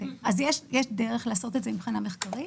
יש דרך לעשות את זה מבחינה מחקרית,